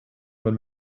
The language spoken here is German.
man